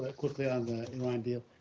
ah quickly on the iran deal?